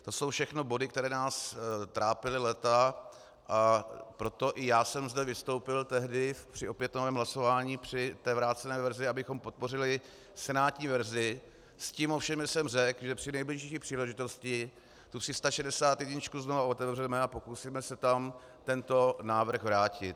To jsou všechno body, které nás trápily léta, a proto i já jsem zde vystoupil tehdy při opětovném hlasování při té vrácené verzi, abychom podpořili senátní verzi, s tím ovšem, že jsem řekl, že při nejbližší příležitosti tu 361 znovu otevřeme a pokusíme se tam tento návrh vrátit.